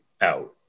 out